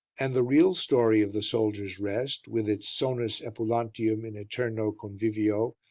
and the real story of the soldiers' rest, with its sonus epulantium in aeterno convivio,